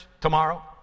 tomorrow